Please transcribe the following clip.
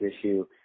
issue